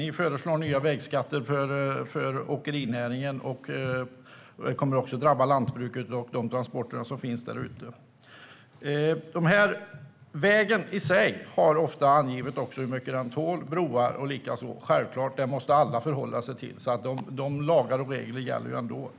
Ni föreslår nya vägskatter för åkerinäringen, och de kommer också att drabba lantbruket och dess transporter. På vägar, broar och liknande finns ofta angivet hur mycket de tål. Det måste alla förhålla sig till. Dessa lagar och regler gäller ändå.